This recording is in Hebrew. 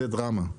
זו דרמה.